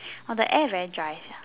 orh the air very dry sia